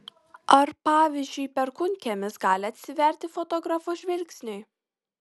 ar pavyzdžiui perkūnkiemis gali atsiverti fotografo žvilgsniui